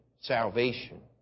salvation